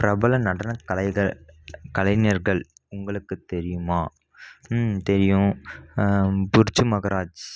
பிரபல நடன கலைகள் கலைஞர்கள் உங்களுக்கு தெரியுமா தெரியும் புடிச்ச மகராஜ்